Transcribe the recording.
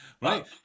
right